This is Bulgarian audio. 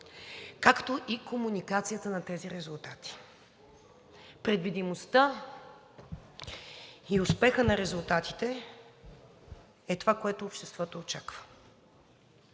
както и комуникацията на тези резултати. Предвидимостта и успехът на резултатите е това, което обществото очаква.